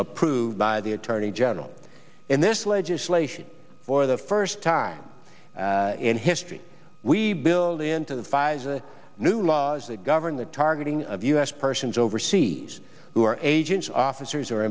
approved by the attorney general in this legislation for the first time in history we build into the files the new laws that govern the targeting of u s persons overseas who are agents officers or